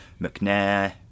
McNair